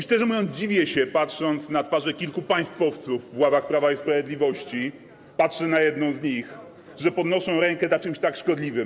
Szczerze mówiąc, dziwię się, kiedy patrzę na twarze kilku państwowców w ławach Prawa i Sprawiedliwości - patrzę na jedną z nich - że podnoszą rękę za czymś tak szkodliwym.